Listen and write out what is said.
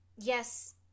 yes